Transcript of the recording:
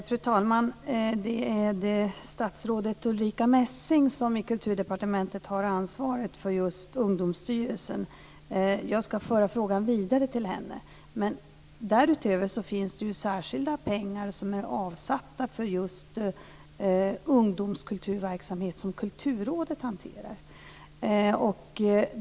Fru talman! Det är statsrådet Ulrica Messing som i Kulturdepartementet har ansvaret för just Ungdomsstyrelsen. Jag ska föra frågan vidare till henne. Därutöver finns det särskilda pengar avsatta för just ungdomskulturverksamhet, som Kulturrådet hanterar.